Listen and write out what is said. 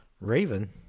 Raven